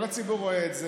כל הציבור רואה את זה.